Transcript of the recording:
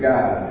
God